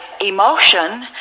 emotion